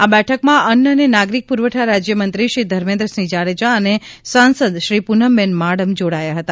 આ બેઠકમાં અન્ન અને નાગરિક પુરવઠા રાજ્યમંત્રીશ્રી ધર્મેન્દ્રસિંહ જાડેજા અને સાંસદ શ્રી પૂનમબેન માડમ જોડાયા હતા